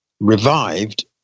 revived